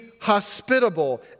hospitable